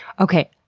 okay!